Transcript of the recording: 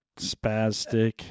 spastic